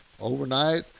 overnight